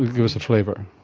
us a flavour.